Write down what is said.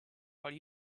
while